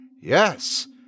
Yes